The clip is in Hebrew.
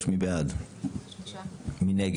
3. מי נגד?